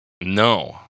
No